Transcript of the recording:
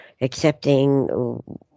accepting